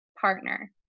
partner